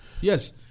yes